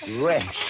wrench